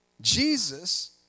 Jesus